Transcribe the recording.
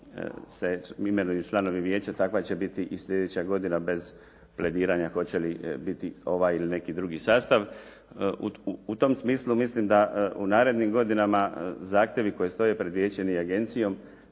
se imenuju članovi vijeća takva će biti i slijedeća godina bez plediranja hoće li biti ovaj ili neki drugi sastav. U tom smislu mislim da u narednim godinama zahtjevi koji stoje pred vijećem i agencijom